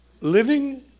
living